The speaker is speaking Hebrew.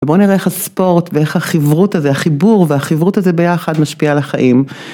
בואו נראה איך הספורט ואיך החברות הזה, החיבור והחברות הזה ביחד משפיע על החיים.